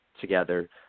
together